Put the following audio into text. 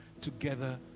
together